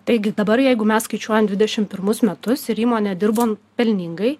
taigi dabar jeigu mes skaičiuojam dvidešimt pirmus metus ir įmonė dirbo pelningai